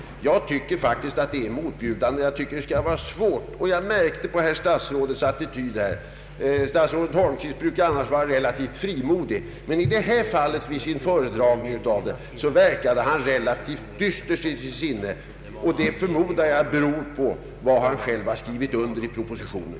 Det är faktiskt motbjudande. Statsrådet Holmqvist brukar ha en ganska frimodig attityd, men i detta fall verkade han relativt dyster till sinnes vid sin föredragning. Jag förmodar att det beror på vad han själv skrivit under i propositionen.